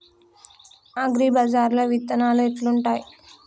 అగ్రిబజార్ల విత్తనాలు ఎట్లుంటయ్?